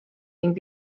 ning